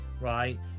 right